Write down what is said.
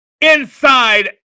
inside